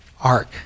ark